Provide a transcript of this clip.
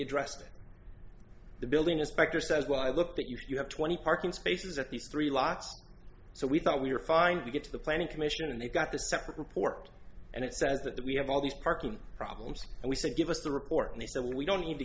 addressed the building inspector says well i looked at you you have twenty parking spaces at these three lots so we thought we were fine to get to the planning commission and they got the separate report and it says that we have all these parking problems and we said give us the report and they said we don't need to